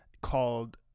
Called